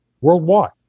worldwide